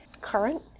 current